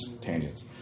tangents